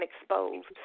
exposed